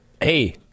Hey